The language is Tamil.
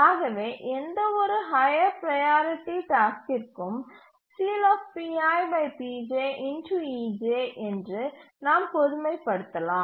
ஆகவே எந்தவொரு ஹய்யர் ப்ரையாரிட்டி டாஸ்க்கிற்கும் என்று நாம் பொதுமைப்படுத்தலாம்